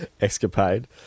...escapade